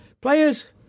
players